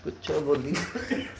گچا بولی